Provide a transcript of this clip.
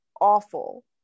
awful